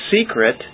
secret